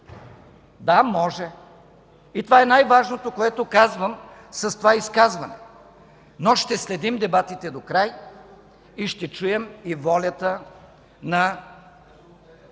Да, може! И това е най-важното, което казвам с това изказване. Но ще следим дебатите докрай и ще чуем и волята на